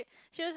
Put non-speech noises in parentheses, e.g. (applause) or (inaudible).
(breath) she was